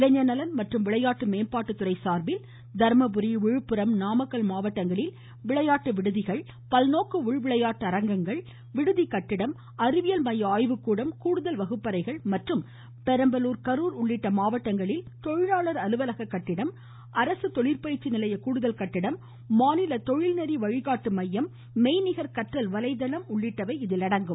இளைஞா்நலன் மற்றும் விளையாட்டு மேம்பாட்டுத் துறை சாா்பில் தா்மபுரி விளையாட்டு விடுதிகள் விழுப்புரம் நாமக்கல் மாவட்டங்களில் பல்நோக்கு உள்விளையாட்டு அரங்கம் விடுதிக்கட்டிடம் அறிவியல் மைய ஆய்வுக்கூடம் கூடுதல் வகுப்பறைகள் மற்றும் பெரம்பலூர் கரூர் உள்ளிட்ட மாவட்டங்களில் தொழிலாளர் அலுவலகக்கட்டிடம் மற்றும் அரசு தொழிற்பயிற்சி நிலையக் கூடுதல் கட்டிடம் மாநில தொழில்நெறி வழிகாட்டு மையம் மெய்நிகர் கற்றல் வலைதளம் உள்ளிட்டவை இதில் அடங்கும்